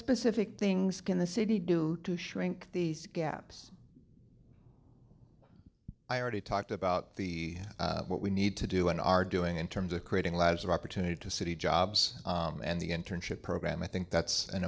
specific things can the city do to shrink these gaps i already talked about the what we need to do and are doing in terms of creating lives of opportunity to city jobs and the internship program i think that's an